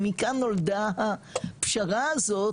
ומכאן נולדה הפשרה הזאת,